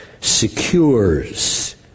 secures